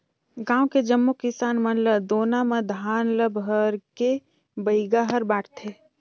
गांव के जम्मो किसान मन ल दोना म धान ल भरके बइगा हर बांटथे